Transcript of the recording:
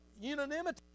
Unanimity